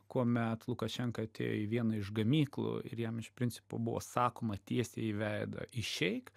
kuomet lukašenka atėjo į vieną iš gamyklų jam iš principo buvo sakoma tiesiai į veidą išeik